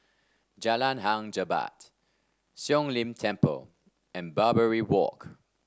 Jalan Hang Jebat Siong Lim Temple and Barbary Walk